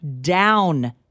down